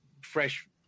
fresh